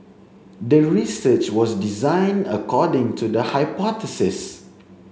the research was designed according to the hypothesis